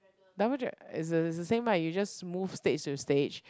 double dra~ is the is the same right you just move stage to stage